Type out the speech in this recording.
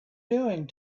doing